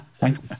thanks